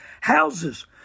houses